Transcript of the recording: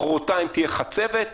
מחרתיים תהיה חצבת,